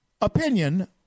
Opinion